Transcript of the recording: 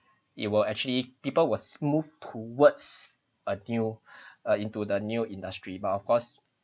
it will actually people was moved towards a new uh into the new industry but of course